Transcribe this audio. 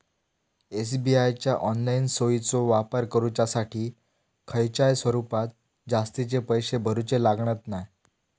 SBI च्या online सोयीचो वापर करुच्यासाठी खयच्याय स्वरूपात जास्तीचे पैशे भरूचे लागणत नाय